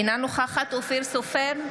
אינה נוכחת אופיר סופר,